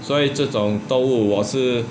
所以这种动物我是